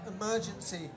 emergency